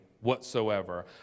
whatsoever